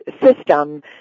system